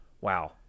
wow